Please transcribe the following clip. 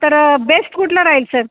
तर बेस्ट कुठला राहील सर